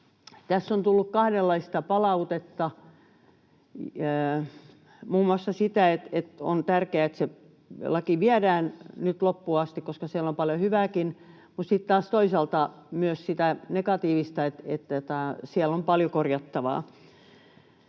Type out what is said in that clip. Tästä on tullut kahdenlaista palautetta: muun muassa sitä, että on tärkeää, että se laki viedään nyt loppuun asti, koska siellä on paljon hyvääkin, mutta sitten taas toisaalta myös sitä negatiivista, että siellä on paljon korjattavaa.